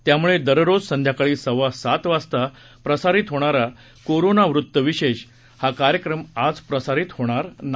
त्यामुळे दररोज संध्याकाळी सव्वा सात वाजता प्रसारित होणारा कोरोना वृत्तविशेष हा कार्यक्रम आज प्रसारित होणार नाही